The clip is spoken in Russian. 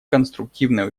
конструктивное